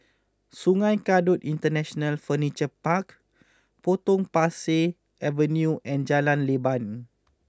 Sungei Kadut International Furniture Park Potong Pasir Avenue and Jalan Leban